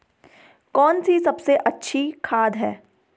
कौन सी सबसे अच्छी खाद है?